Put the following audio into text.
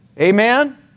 Amen